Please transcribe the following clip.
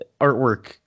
artwork